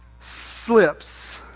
slips